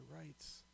rights